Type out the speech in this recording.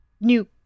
new